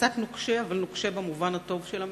קצת נוקשה, אבל נוקשה במובן הטוב של המלה.